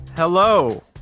Hello